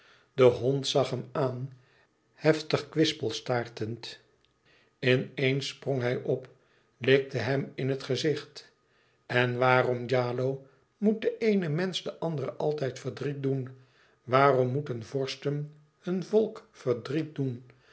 de hond zag hem aan heftig kwispelstaartend in eens sprong hij op likte hem in het gezicht en waarom djalo moet de eene mensch den andere altijd verdriet doen waarom moeten vorsten hun volk verdriet doen